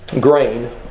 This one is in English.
grain